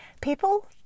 People